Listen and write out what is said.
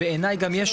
ובעייני גם יש